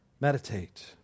meditate